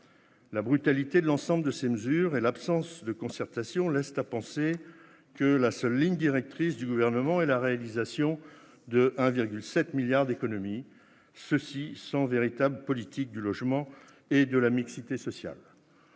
La brutalité de l'ensemble de ces mesures et l'absence de concertation laissent à penser que la seule ligne directrice du Gouvernement est la réalisation de 1,7 milliard d'euros d'économies, et ce sans véritable politique du logement et de la mixité sociale.